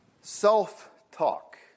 Self-talk